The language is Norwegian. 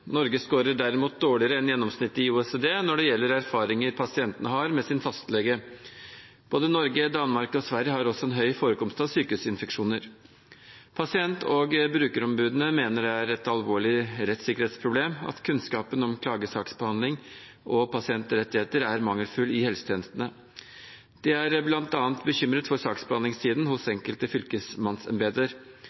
Norge skårer derimot dårligere enn gjennomsnittet i OECD når det gjelder erfaringer pasientene har med sin fastlege. Både Norge, Danmark og Sverige har også en høy forekomst av sykehusinfeksjoner. Pasient- og brukerombudene mener det er et alvorlig rettssikkerhetsproblem at kunnskapen om klagesaksbehandling og pasientrettigheter er mangelfull i helsetjenestene. De er bl.a. bekymret for saksbehandlingstiden hos enkelte